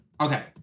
Okay